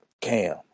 Cam